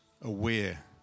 aware